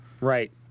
Right